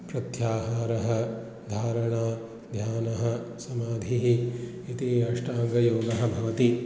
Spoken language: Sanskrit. प्रत्याहारः धारणा ध्यानः समाधिः इति अष्टाङ्गयोगः भवति